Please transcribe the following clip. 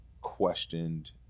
questioned